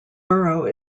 borough